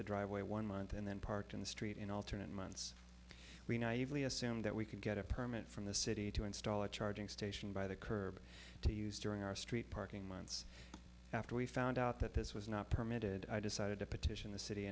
the driveway one month and then parked in the street in alternate months we naively assumed that we could get a permit from the city to install a charging station by the curb to use during our street parking months after we found out that this was not permitted i decided to petition the city